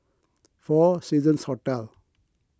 four Seasons Hotel